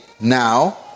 now